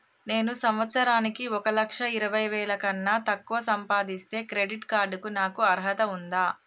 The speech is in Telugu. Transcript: నేను సంవత్సరానికి ఒక లక్ష ఇరవై వేల కన్నా తక్కువ సంపాదిస్తే క్రెడిట్ కార్డ్ కు నాకు అర్హత ఉందా?